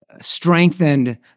strengthened